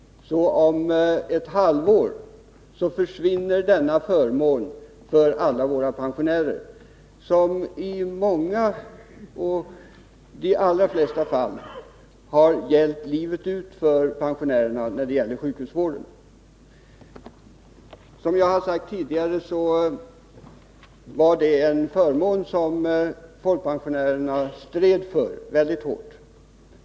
Så om ett halvår skulle den förmån för alla våra pensionärer försvinna som i de allra flesta fall gällt livet ut när det gäller sjukhusvården. Som jag har sagt tidigare är det en förmån som folkpensionärerna stred för väldigt hårt.